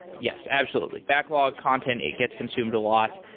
yes, absolutely. backlog content, it gets consumed a lot.